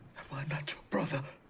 am i not your brother?